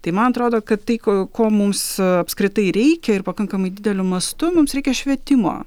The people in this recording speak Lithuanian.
tai man atrodo kad tai ko ko mums apskritai reikia ir pakankamai dideliu mastu mums reikia švietimo